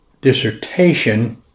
dissertation